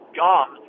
gum